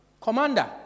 Commander